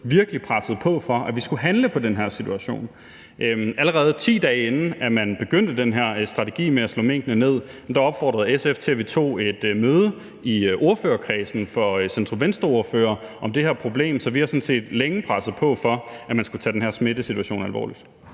virkelig pressede på, for at vi skulle handle på den her situation. Allerede 10 dage inden man begyndte på den her strategi med at slå minkene ned, opfordrede SF til, at vi skulle tage et møde i ordførerkredsen af centrum-venstre-ordførere om det her problem. Så vi har sådan set længe presset på, for at man skulle tage den her smittesituation alvorligt.